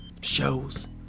shows